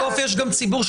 בסוף יש גם ציבור,